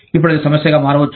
ఇప్పుడు అది సమస్యగా మారవచ్చు